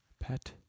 Pet